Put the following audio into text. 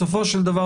בסופו של דבר,